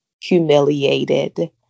humiliated